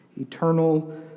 eternal